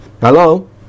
Hello